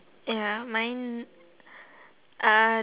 ya mine uh